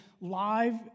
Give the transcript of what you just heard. live